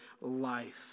Life